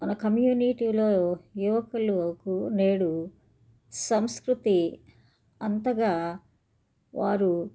మన కమ్యూనీటీలో యువకులకు నేడు సంస్కృతి అంతగా వారు